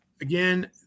Again